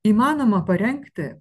įmanoma parengti